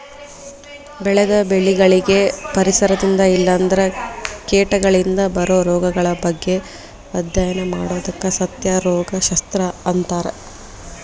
ಬೆಳೆದ ಬೆಳಿಗಳಿಗೆ ಪರಿಸರದಿಂದ ಇಲ್ಲಂದ್ರ ಕೇಟಗಳಿಂದ ಬರೋ ರೋಗಗಳ ಬಗ್ಗೆ ಅಧ್ಯಯನ ಮಾಡೋದಕ್ಕ ಸಸ್ಯ ರೋಗ ಶಸ್ತ್ರ ಅಂತಾರ